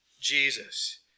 Jesus